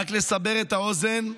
רק לסבר את האוזן,